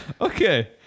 Okay